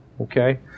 Okay